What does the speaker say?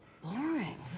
Boring